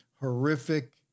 horrific